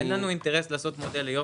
אין לנו אינטרס לעשות מודל ליופי.